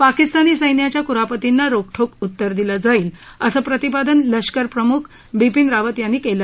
पाकिस्तानी सैन्याच्या कुरापतींना रोखठोक उत्तर दिलं जाईल असं प्रतिपादन लष्कर प्रमुख बिपिन रावत यांनी केलं